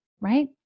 right